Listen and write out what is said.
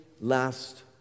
last